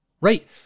right